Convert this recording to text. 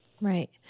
Right